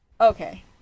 okay